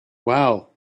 wow